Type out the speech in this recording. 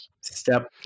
Step